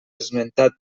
esmentat